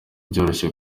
byoroshye